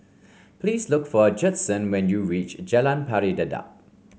please look for Judson when you reach Jalan Pari Dedap